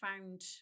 found